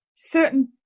certain